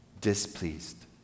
displeased